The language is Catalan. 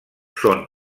són